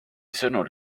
sõnul